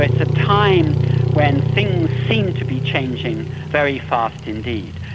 it's a time when things seem to be changing very fast indeed.